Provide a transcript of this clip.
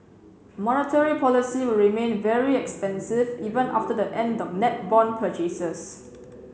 monetary policy will remain very expansive even after the end of net bond purchases